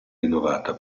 rinnovata